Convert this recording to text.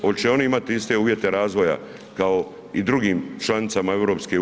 Hoće oni imati iste uvjete razvoja kao i drugim članicama EU?